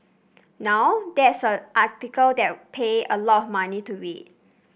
now that's an article I would pay a lot of money to read